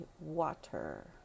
water